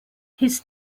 his